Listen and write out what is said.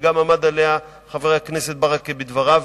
שגם עמד עליה חבר הכנסת ברכה בדבריו,